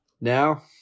now